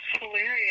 hilarious